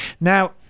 Now